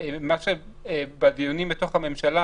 בדיונים בממשלה,